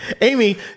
Amy